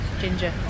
ginger